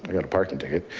got a parking ticket.